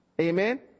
amen